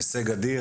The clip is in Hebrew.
הישג אדיר,